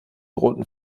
roten